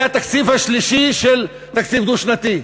זה התקציב השלישי שהוא תקציב דו-שנתי.